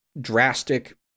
drastic